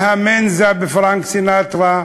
מהמנזה, פרנק סינטרה,